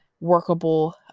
workable